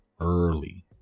early